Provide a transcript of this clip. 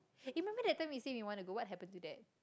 you remember that time we said we want to go what happen to that